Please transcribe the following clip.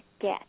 get